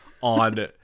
on